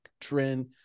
trend